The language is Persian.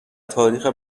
تاریخ